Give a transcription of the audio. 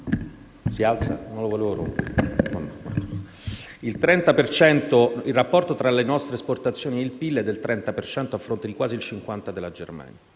il rapporto tra le nostre esportazioni e il PIL è del 30 per cento a fronte di quasi il 50 della Germania.